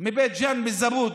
מבית ג'ן, מזבוד,